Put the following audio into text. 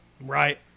Right